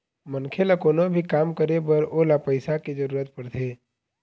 मनखे ल कोनो भी काम करे बर ओला पइसा के जरुरत पड़थे